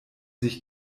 sich